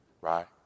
right